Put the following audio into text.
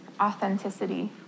authenticity